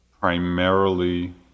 primarily